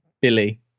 Billy